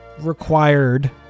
required